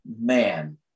man